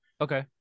Okay